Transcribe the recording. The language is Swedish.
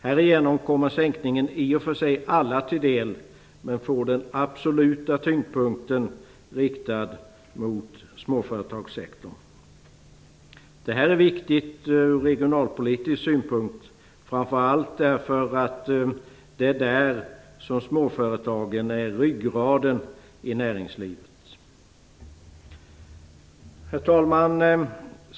Härigenom kommer sänkningen i och för sig alla till del, men den får den absoluta tyngdpunkten i småföretagssektorn. Det är viktigt från regionalpolitisk synpunkt, framför allt därför att det är där som småföretagen är ryggraden i näringslivet. Herr talman!